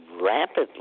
rapidly